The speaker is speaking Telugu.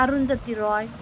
అరుంధతి రాయ్